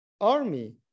army